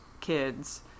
kids